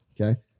okay